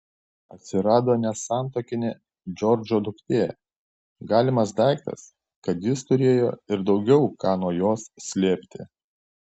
atsirado nesantuokinė džordžo duktė galimas daiktas kad jis turėjo ir daugiau ką nuo jos slėpti